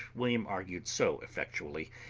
william argued so effectually,